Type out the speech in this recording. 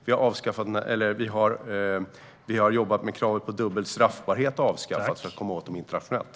Vi har jobbat med att kravet på dubbel straffbarhet ska avskaffas för att man ska komma åt dem internationellt.